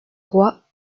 roi